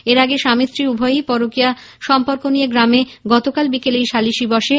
এর আগে স্বামী স্ত্রী উভয়েরই পরকীয়া সম্পর্ক নিয়ে গ্রামে গতকাল বিকেলেই সালিশি বসে